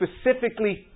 specifically